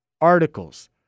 articles